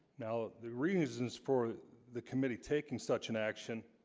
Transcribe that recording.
now the reasons for the committee taking such an action